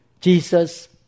Jesus